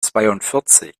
zweiundvierzig